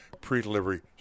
pre-delivery